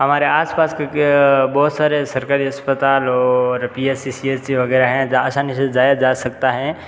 हमारे आसपास क्योंकि बहुत सारे सरकारी अस्पताल और P S C C S C वगैरह हैं जहाँ आसानी से जाया जा सकता है